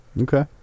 Okay